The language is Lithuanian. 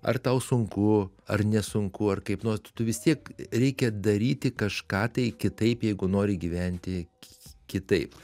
ar tau sunku ar nesunku ar kaip nors tu vis tiek reikia daryti kažką tai kitaip jeigu nori gyventi kitaip